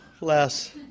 Less